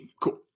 Cool